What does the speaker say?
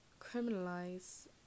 criminalize